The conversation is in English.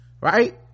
right